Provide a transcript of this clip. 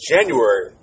January